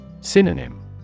Synonym